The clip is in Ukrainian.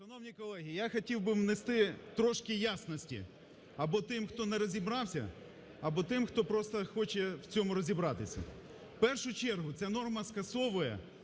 Шановні колеги, я хотів би внести трошки ясності, або тим, хто не розібрався, або тим, хто просто хоче в цьому розібратися. В першу чергу ця норма скасовує